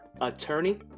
attorney